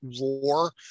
roar